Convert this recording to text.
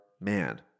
man